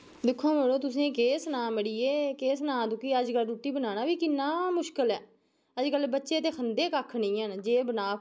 दिक्खो हां मड़े तुसेंगी केह् सनां मड़िये केह् सनां तुगी अज्जकल रुट्टी बनाना बी किन्ना मुश्कल ऐ अज्जकल बच्चे ते खंदे कक्ख नि हैन जे बना